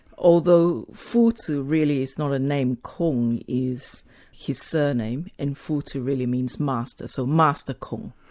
although fu-zi really is not a name, kong is his surname and fu-zi really means master. so master kong.